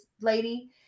lady